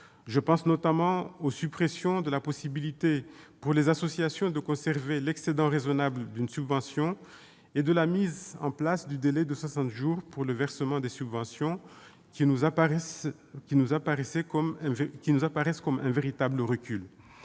Je pense notamment aux suppressions de la possibilité pour les associations de conserver l'excédent raisonnable d'une subvention et de la mise en place du délai de soixante jours pour le versement des subventions, qui nous apparaissent comme un véritable recul.